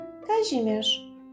Kazimierz